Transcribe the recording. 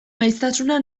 maiztasuna